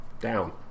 down